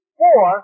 four